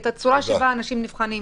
את הצורה שבה אנשים נבחנים.